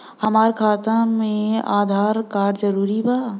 हमार खाता में आधार कार्ड जरूरी बा?